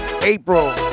April